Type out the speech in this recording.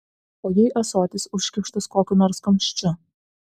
o jei ąsotis užkimštas kokiu nors kamščiu